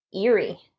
eerie